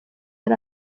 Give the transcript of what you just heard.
ari